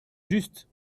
juste